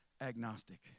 agnostic